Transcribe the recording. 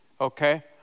Okay